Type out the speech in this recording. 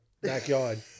backyard